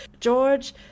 george